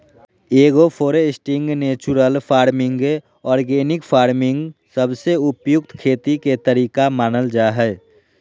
agro foresting, natural farming, organic farming सबसे उपयुक्त खेती के तरीका मानल जा हय